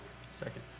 Second